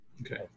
Okay